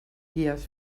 guies